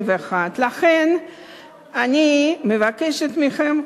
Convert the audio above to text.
לכן אני מבקשת מכם,